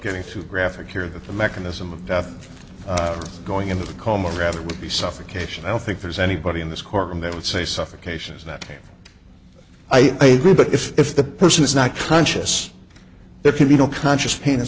getting too graphic here that the mechanism of death going into the coma rather would be suffocation i don't think there's anybody in this courtroom that would say suffocation is that i grew but if if the person is not conscious there can be no conscious pain and